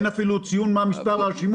אין אפילו ציון של השימוש.